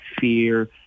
fear